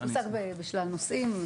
הוא עסק בשלל נושאים.